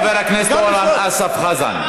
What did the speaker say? חבר הכנסת אורן אסף חזן.